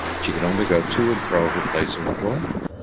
she could only go to and fro her place of employment.